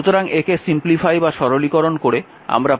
সুতরাং একে সরলীকরণ করে আমরা পাই অর্থাৎ i3 i1 i2